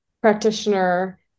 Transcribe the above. practitioner